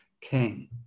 king